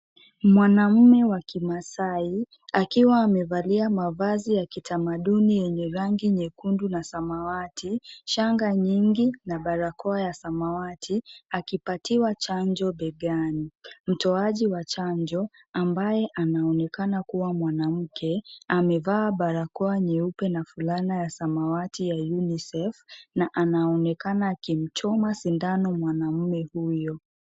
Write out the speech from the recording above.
Mwanamume wa kimasaai, akiwa amevalia mavazi ya kitamaduni yenye rangi nyekundu na samawati, shanga nyingi, na barakoa ya samawati, akipatiwa chanjo begani. Mtoaji wa chanjo, ambaye anaonekana kuwa mwanamke, amevaa barakoa nyeupe na fulana ya samawati ya unicef, na anaonekana akimchoma sindano mwanamume huyo.